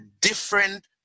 different